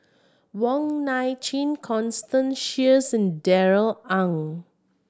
Wong Nai Chin Constance Sheares Darrell Ang